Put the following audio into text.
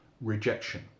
rejection